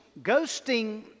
Ghosting